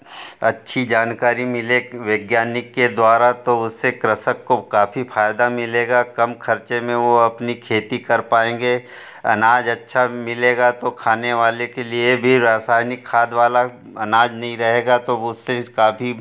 अच्छी जानकारी मिले वैज्ञानिक के द्वारा तो उससे कृषक को काफ़ी फ़ायदा मिलेगा कम खर्चे में वो अपनी खेती कर पाएँगे अनाज अच्छा मिलेगा तो खाने वाले के लिए भी रासायनिक खाद वाला अनाज नहीं रहेगा तो उससे काफ़ी